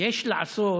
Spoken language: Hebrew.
יש לעשות